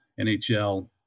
NHL